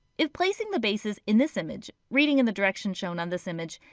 if placing the bases in this image reading in the direction shown on this image,